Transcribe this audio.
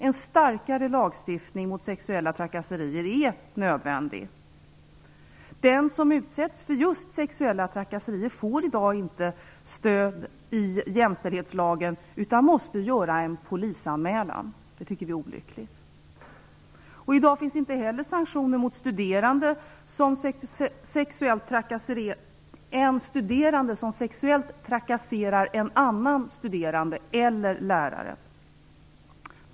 En starkare lagstiftning mot sexuella trakasserier är nödvändig. Den som utsätts för sexuella trakasserier får i dag inte stöd i jämställdhetslagen utan måste göra en polisanmälan. Det tycker vi är olyckligt. I dag finns inte heller sanktioner mot en studerande som sexuellt trakasserar en annan studerande eller en lärare.